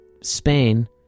spain